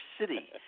City